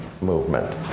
movement